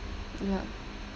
ya